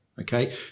Okay